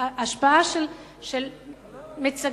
השפעה של מיצגים,